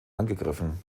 angegriffen